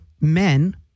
men